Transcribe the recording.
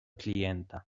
klienta